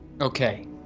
okay